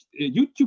YouTube